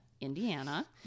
Indiana